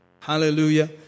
hallelujah